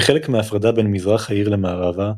כחלק מההפרדה בין מזרח העיר למערבה,